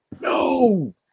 No